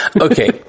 Okay